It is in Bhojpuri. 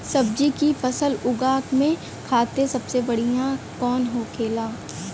सब्जी की फसल उगा में खाते सबसे बढ़ियां कौन होखेला?